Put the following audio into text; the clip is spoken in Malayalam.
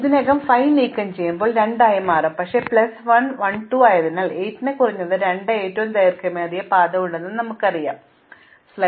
അതുപോലെ തന്നെ ഞാൻ ഈ 5 നീക്കംചെയ്യുമ്പോൾ ഇത് 2 ആയി മാറും പക്ഷേ 1 പ്ലസ് 1 2 ആയതിനാൽ 8 ന് കുറഞ്ഞത് 2 ന്റെ ഏറ്റവും ദൈർഘ്യമേറിയ പാത ഉണ്ടെന്ന് ഞങ്ങൾക്കറിയാം 2 ൽ ഞങ്ങൾ ഒരു മാറ്റവും വരുത്തുന്നില്ല